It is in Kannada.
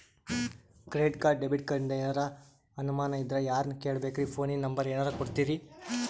ಕ್ರೆಡಿಟ್ ಕಾರ್ಡ, ಡೆಬಿಟ ಕಾರ್ಡಿಂದ ಏನರ ಅನಮಾನ ಇದ್ರ ಯಾರನ್ ಕೇಳಬೇಕ್ರೀ, ಫೋನಿನ ನಂಬರ ಏನರ ಕೊಡ್ತೀರಿ?